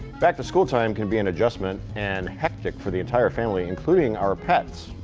back-to-school time can be an adjustment and hectic for the entire family, including our pets.